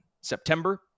September